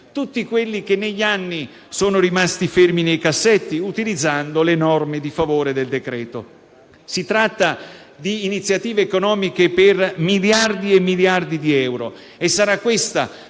possibili, che negli anni sono rimasti fermi nei cassetti, utilizzando le norme di favore del provvedimento. Si tratta di iniziative economiche per diversi miliardi di euro.